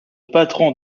patron